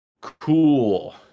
Cool